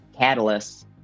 catalysts